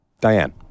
Diane